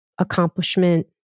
accomplishment